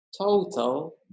total